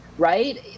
right